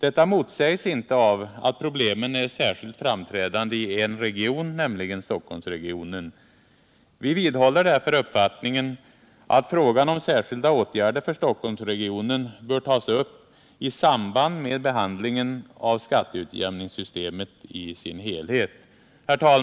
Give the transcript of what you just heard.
Detta motsäges inte av att problemen är särskilt framträdande i en region, nämligen Stockholmsregionen. Vi vidhåller därför uppfattningen att frågan om särskilda åtgärder för Stockholmsregionen bör tas upp i samband med behandlingen av skatteutjämningssystemet i dess helhet.